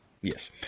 Yes